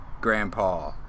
grandpa